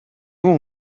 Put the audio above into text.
юун